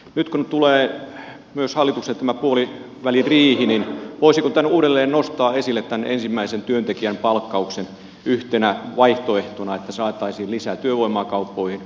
nyt kun tulee hallitukselle tämä puoliväliriihi niin voisiko uudelleen nostaa esille tämän ensimmäisen työntekijän palkkauksen yhtenä vaihtoehtona että saataisiin lisää työvoimaa kauppoihin